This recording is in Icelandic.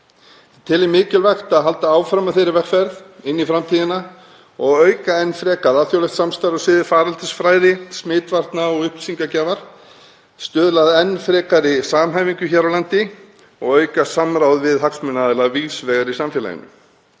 Ég tel mikilvægt að halda áfram á þeirri vegferð inn í framtíðina og auka enn frekar alþjóðlegt samstarf á sviði faraldsfræði, smitvarna og upplýsingagjafar, stuðla að enn frekari samhæfingu hér á landi og auka samráð við hagsmunaaðila víðs vegar í samfélaginu.